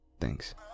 Thanks